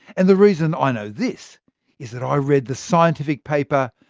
and the reason i know this is that i read the scientific paper,